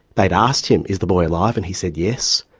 they'd asked him is the boy alive? and he said, yes.